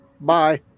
bye